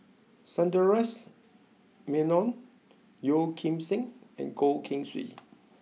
Sundaresh Menon Yeo Kim Seng and Goh Keng Swee